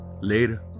Later